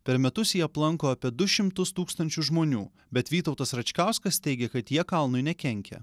per metus jį aplanko apie du šimtus tūkstančių žmonių bet vytautas račkauskas teigia kad jie kalnui nekenkia